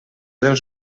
dels